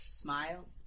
Smile